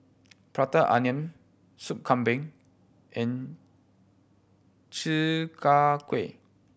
Prata Onion Soup Kambing and Chi Kak Kuih